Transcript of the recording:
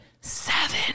seven